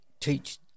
teach